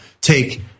take